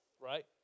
Right